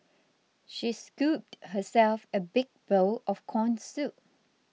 she scooped herself a big bowl of Corn Soup